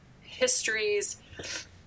histories